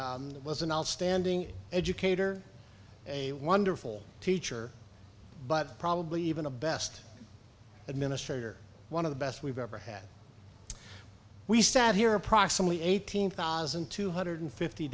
he was an outstanding educator a wonderful teacher but probably even a best administrator one of the best we've ever had we sat here approximately eighteen thousand two hundred fifty